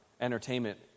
entertainment